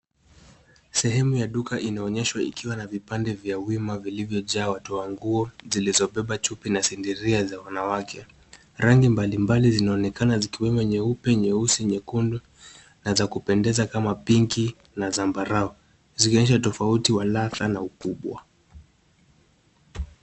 Sehemu ya duka inaonyeshwa ikiwa na vipande vya wima vilivyo jaa watu wa nguo zilizo beba chupi na sindiria za wanawake. Rangi mbalimbali zinaonekana zikiwemo nyeupe, nyeusi, nyekundu na za kupendeza kama pinki na zambarao zikionyesha utofauti wa ladha na ukubwa.